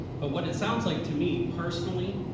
but what it sounds like to me, personally,